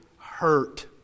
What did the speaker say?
hurt